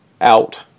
out